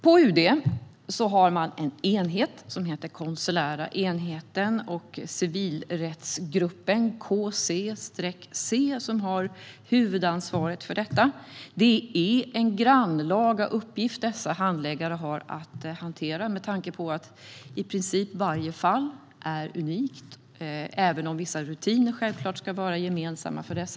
På UD finns något som heter konsulära enheten och civilrättsgruppen, KC-C, och denna enhet har huvudansvaret för detta. Dessa handläggare har en grannlaga uppgift att hantera med tanke på att i princip varje fall är unikt, även om vissa rutiner självklart ska vara gemensamma för dem.